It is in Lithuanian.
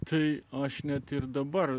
tai aš net ir dabar